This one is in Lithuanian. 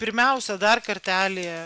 pirmiausia dar kartelį